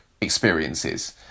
experiences